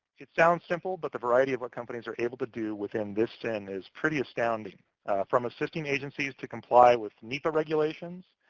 it sounds simple, but the variety of what companies are able to do within this sin is pretty astounding from assisting agencies to comply with nipa regulations,